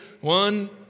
One